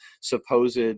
supposed